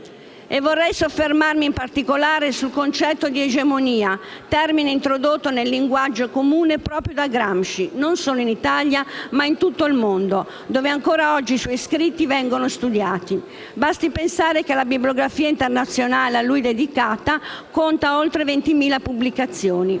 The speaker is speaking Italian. Vorrei soffermarmi in particolare sul concetto di egemonia, termine introdotto nel linguaggio comune proprio da Gramsci, non solo in Italia, ma in tutto il mondo, dove ancora oggi i suoi scritti vengono studiati: basti pensare che la bibliografia internazionale a lui dedicata conta oltre 20.000 pubblicazioni.